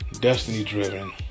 destiny-driven